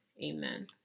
Amen